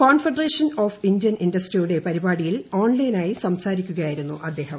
confederation of Indian ഇൻഡസ്ട്രിയുടെ പരിപാടിയിൽ ഓൺലൈനായി സംസാരിക്കുകയായിരുന്നു അദ്ദേഹം